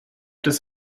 des